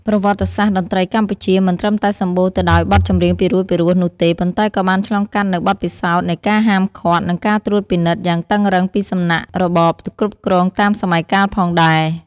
ប្រវត្តិសាស្ត្រតន្ត្រីកម្ពុជាមិនត្រឹមតែសម្បូរទៅដោយបទចម្រៀងពីរោះៗនោះទេ ប៉ុន្តែក៏បានឆ្លងកាត់នូវបទពិសោធន៍នៃការហាមឃាត់ និងការត្រួតពិនិត្យយ៉ាងតឹងរ៉ឹងពីសំណាក់របបគ្រប់គ្រងតាមសម័យកាលផងដែរ។